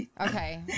Okay